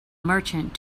merchant